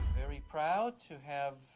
very proud to have